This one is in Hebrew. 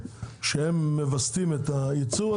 שהם מווסתים את הייצור,